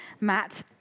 Matt